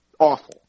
Awful